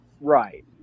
right